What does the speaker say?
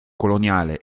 coloniale